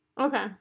okay